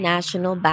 National